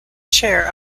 chair